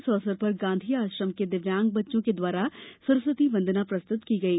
इस अवसर पर गांधी आश्रम के दिव्यांग बच्चों के द्वारा सरस्वती वंदना प्रस्तुत की गई